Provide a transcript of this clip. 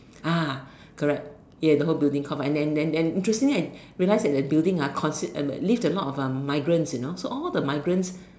ah correct ya the whole building come and then then then interestingly I realized that that building ah consist uh lived a lot of migrants you know so all the migrants